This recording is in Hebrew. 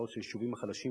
בעוד היישובים החלשים,